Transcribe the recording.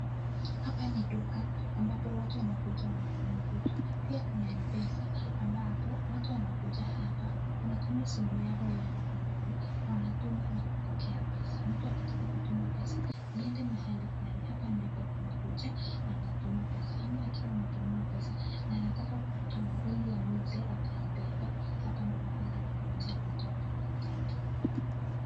Hapa ni duka ambapo watu wanakuja kununua vitu. Pia kuna mpesa ambapo watu wanakuja hapa wanatumia simu yao ya mkononi, wanatuma na kutoa pesa. Mtu akitakaa kutuma pesa kuenda mahali flani, hapa ndipo anakuja ama akiwa ametumiwa pesa na anataka kutoa na kuibeba ,hapa ndipo anakuja kutoa pesa zake.